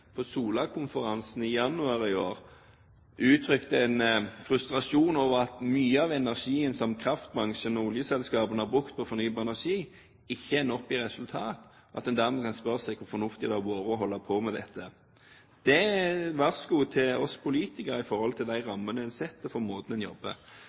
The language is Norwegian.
på Sola-konferansen i januar i år – uttrykte en frustrasjon over at mye av energien som kraftbransjen og oljeselskapene har brukt på fornybar energi, ikke gir et godt nok resultat, og at en dermed kan spørre seg om hvor fornuftig det har vært å holde på med dette. Det er et varsku til oss politikere med tanke på de